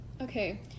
Okay